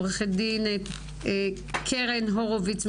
עורכת דין קרן הורוביץ,